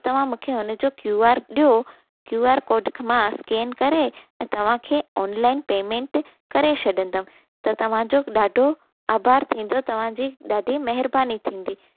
त तव्हां मूंखे उनजो क्यू आर ॾियो क्यू आर कोड मां स्केन करे ऐं तव्हांखे ऑनलाइन पेमेंट करे छॾंदमि त तव्हांजो ॾाढो आभार थींदो तव्हांजी ॾाढी महिरबानी थींदी